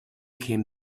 came